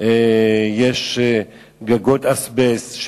יש גגות אזבסט,